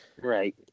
Right